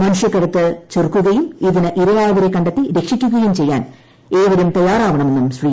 മനുഷ്യകടത്ത് ചെറുക്കുകയും ഇതിന് ഇരയായവരെ കണ്ടെത്തി രക്ഷിക്കുകയും ചെയ്യാൻ ഏവരും തയ്യാറാവണമെന്നും ശ്രീ